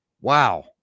Wow